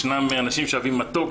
ישנם אנשים שאוהבים מתוק,